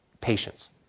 patience